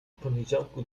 poniedziałku